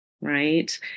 right